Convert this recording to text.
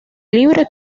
libre